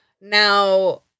Now